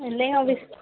இல்லைங்க அது